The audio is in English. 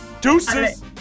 Deuces